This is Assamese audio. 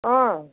অঁ